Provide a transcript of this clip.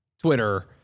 Twitter